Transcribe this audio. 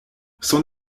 son